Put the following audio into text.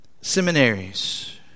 seminaries